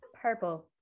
Purple